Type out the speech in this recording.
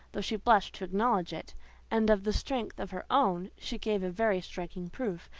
though she blushed to acknowledge it and of the strength of her own, she gave a very striking proof,